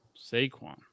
Saquon